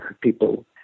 people